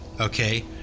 okay